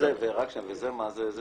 וזה מה זה?